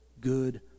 good